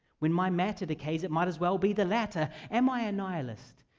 when my matter decays, it might as well be the latter. am i a nihilist?